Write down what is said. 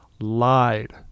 lied